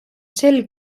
sel